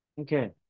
okay